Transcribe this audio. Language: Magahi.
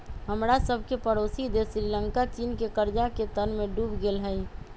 हमरा सभके पड़ोसी देश श्रीलंका चीन के कर्जा के तरमें डूब गेल हइ